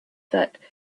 that